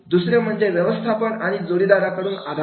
दुसरे म्हणजे व्यवस्थापन आणि जोडीदाराकडून आधार